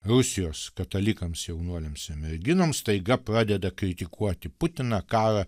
rusijos katalikams jaunuoliams ir merginoms staiga pradeda kritikuoti putiną karą